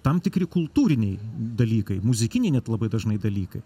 tam tikri kultūriniai dalykai muzikiniai net labai dažnai dalykai